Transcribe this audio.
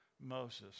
Moses